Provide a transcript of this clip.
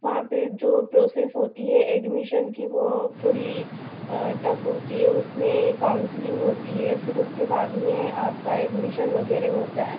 वहाँ पर जो प्रोसेस होती है एडमीशन की वह थोड़ी टफ़ होती है उसमें काउंसलिंग होती है फिर उसके बाद में आपका एडमीशन वगैरह होता है